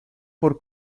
por